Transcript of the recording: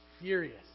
furious